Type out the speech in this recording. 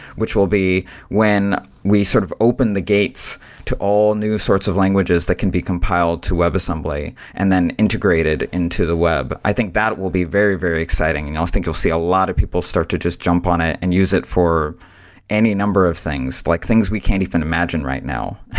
which will be when we sort of open the gates to all new sorts of languages that can be compiled to webassembly and then integrate it into the web, i think that will be very, very exciting. and i think you'll see a lot of people start to just jump on it and use it for any number of things, like things we can't even imagine right now.